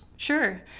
Sure